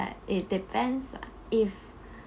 but it depends if